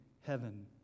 heaven